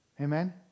Amen